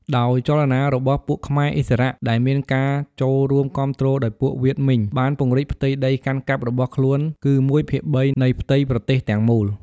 ដោយចលនារបស់ពួកខ្មែរឥស្សរៈ ដែលមានការចូលរួមគាំទ្រដោយពួកវៀតមិញ បានពង្រីកផ្ទៃដីកាន់កាប់របស់ខ្លួនគឺ ១/៣ នៃផ្ទៃប្រទេសទាំងមូល ។